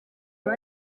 aba